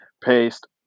paste